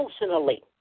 emotionally